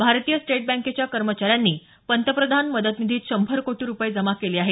भारतीय स्टेट बँकेच्या कर्मचाऱ्यांनी पंतप्रधान मदत निधीत शंभर कोटी रुपये जमा केले आहेत